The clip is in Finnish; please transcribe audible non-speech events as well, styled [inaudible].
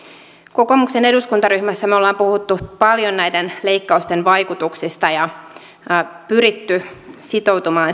kokoomuksen eduskuntaryhmässä me olemme puhuneet paljon näiden leikkausten vaikutuksista ja pyrkineet sitoutumaan [unintelligible]